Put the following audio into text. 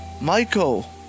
Michael